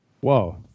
Whoa